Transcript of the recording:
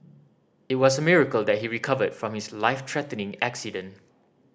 it was a miracle that he recovered from his life threatening accident